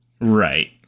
right